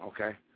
okay